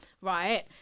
right